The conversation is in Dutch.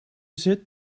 zit